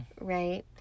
right